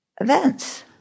events